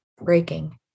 breaking